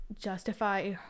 justify